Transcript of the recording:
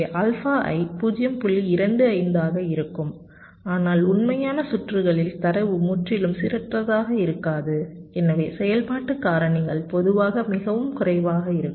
25 ஆக இருக்கும் ஆனால் உண்மையான சுற்றுகளில் தரவு முற்றிலும் சீரற்றதாக இருக்காது எனவே செயல்பாட்டு காரணிகள் பொதுவாக மிகவும் குறைவாக இருக்கும்